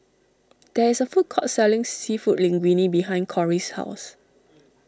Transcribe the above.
there is a food court selling Seafood Linguine behind Corie's house